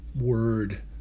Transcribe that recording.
Word